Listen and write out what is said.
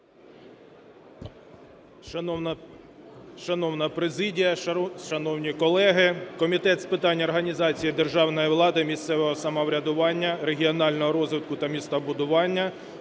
Шановна президія, шановні колеги! Комітет з питань організації державної влади, місцевого самоврядування, регіонального розвитку та містобудування